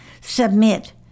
Submit